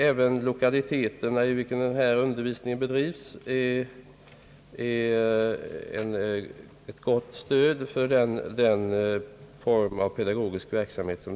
även de lokaliteter i vilka undervisningen bedrivs är ett gott stöd för denna form av pedagogisk verksamhet.